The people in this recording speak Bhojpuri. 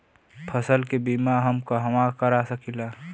फसल के बिमा हम कहवा करा सकीला?